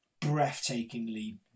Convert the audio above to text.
breathtakingly